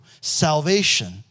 salvation